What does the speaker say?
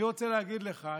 אני רוצה להגיד לך,